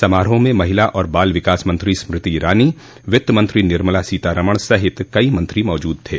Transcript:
समारोह में महिला और बाल विकास मंत्री स्मृति ईरानी वित्तमंत्री निर्मला सीतारामन सहित कई मंत्री भी मौजूद थे